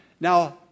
Now